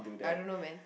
I don't know man